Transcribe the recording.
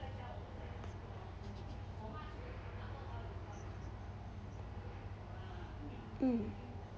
mm